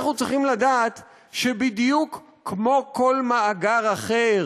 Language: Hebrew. אנחנו צריכים לדעת שבדיוק כמו כל מאגר אחר,